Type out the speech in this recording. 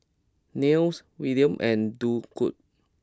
Nils Willaim and Durwood